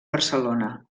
barcelona